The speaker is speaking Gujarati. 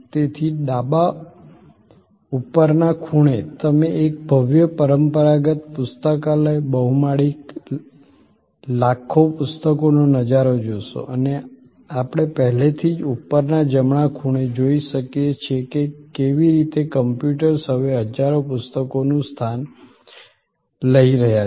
તેથી ડાબા ઉપરના ખૂણે તમે એક ભવ્ય પરંપરાગત પુસ્તકાલય બહુમાળી લાખો પુસ્તકોનો નજારો જોશો અને આપણે પહેલાથી જ ઉપરના જમણા ખૂણે જોઈ શકીએ છીએ કે કેવી રીતે કમ્પ્યુટર્સ હવે હજારો પુસ્તકોનું સ્થાન લઈ રહ્યા છે